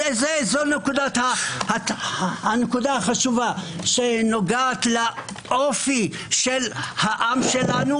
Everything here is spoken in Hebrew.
זו הנקודה החשובה שנוגעת לאופי של העם שלנו